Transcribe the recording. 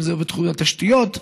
אם זה בתחום התשתיות,